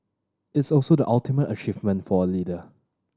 it's also the ultimate achievement for a leader